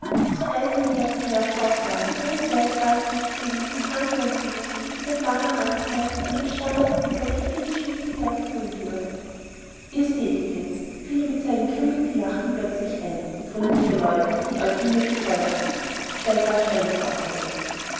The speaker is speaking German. nerven auch waren ganz leicht war es nicht für ihn mitanhören zu müssen wie sein warmer anteil an dem scharlachfieber der higginsschen kinder gerühmt wurde ihr seht higgins fiel er mit seinem grimmigen lachen plötzlich ein wie gründlich ihr leute euch in mir getäuscht habt